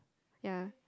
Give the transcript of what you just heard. yeah